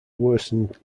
worsened